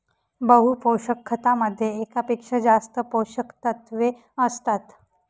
बहु पोषक खतामध्ये एकापेक्षा जास्त पोषकतत्वे असतात